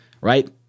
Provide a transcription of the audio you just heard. right